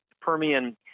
Permian